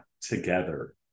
together